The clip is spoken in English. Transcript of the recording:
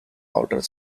outer